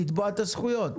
לתבוע את הזכויות.